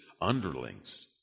underlings